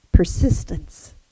persistence